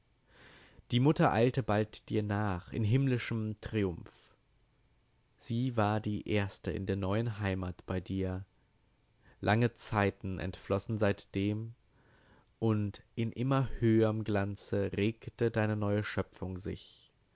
die mutter eilte bald dir nach in himmlischem triumph sie war die erste in der neuen heimat bei dir lange zeiten entflossen seitdem und in immer höherm glanze regte deine neue schöpfung sich